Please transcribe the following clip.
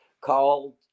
called